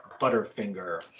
Butterfinger